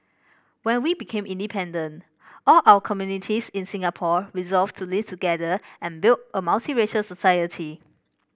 when we became independent all our communities in Singapore resolved to live together and build a multiracial society